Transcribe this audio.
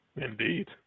indeed